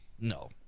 No